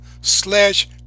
slash